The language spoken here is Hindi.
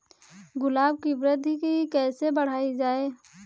गुलाब की वृद्धि कैसे बढ़ाई जाए?